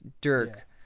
Dirk